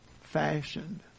fashioned